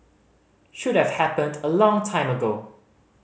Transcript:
should have happened a long time ago